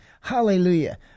Hallelujah